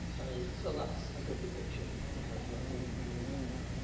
and so that's a good depiction of a charismatic leader there.